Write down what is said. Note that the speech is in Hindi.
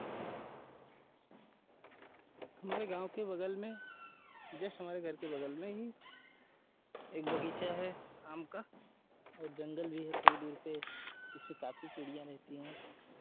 हमारे गाँव के बगल में जस्ट हमारे घर के बगल में ही एक बगीचा है आम का और जँगल भी है थोड़ी दूर पर जिसमें काफ़ी चिड़ियाँ रहती हैं